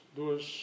duas